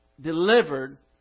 delivered